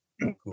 Cool